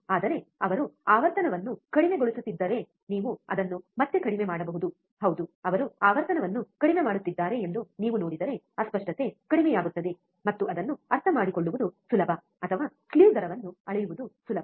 ಆದರೆ ಅವರು ಆವರ್ತನವನ್ನು ಕಡಿಮೆಗೊಳಿಸುತ್ತಿದ್ದರೆ ನೀವು ಅದನ್ನು ಮತ್ತೆ ಕಡಿಮೆ ಮಾಡಬಹುದು ಹೌದು ಅವರು ಆವರ್ತನವನ್ನು ಕಡಿಮೆ ಮಾಡುತ್ತಿದ್ದಾರೆ ಎಂದು ನೀವು ನೋಡಿದರೆ ಅಸ್ಪಷ್ಟತೆ ಕಡಿಮೆಯಾಗುತ್ತದೆ ಮತ್ತು ಅದನ್ನು ಅರ್ಥಮಾಡಿಕೊಳ್ಳುವುದು ಸುಲಭ ಅಥವಾ ಸ್ಲೀವ್ ದರವನ್ನು ಅಳೆಯುವುದು ಸುಲಭ